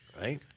right